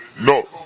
No